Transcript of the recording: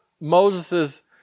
Moses's